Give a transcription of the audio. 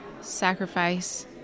sacrifice